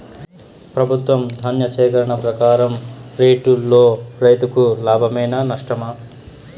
ప్రభుత్వం ధాన్య సేకరణ ప్రకారం రేటులో రైతుకు లాభమేనా నష్టమా?